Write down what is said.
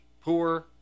poor